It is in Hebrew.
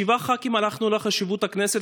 שבעה ח"כים הלכנו לחשבות הכנסת,